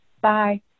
Bye